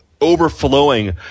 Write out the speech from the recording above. overflowing